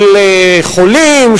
של חולים,